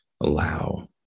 allow